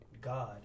God